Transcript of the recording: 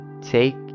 take